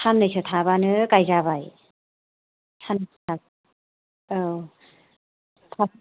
साननैसो थाबानो गायजाबाय औ